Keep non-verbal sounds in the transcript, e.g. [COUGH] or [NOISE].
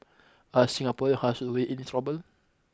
are Singaporean [UNINTELLIGIBLE] really in trouble